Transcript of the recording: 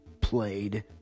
played